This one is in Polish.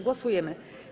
Głosujemy.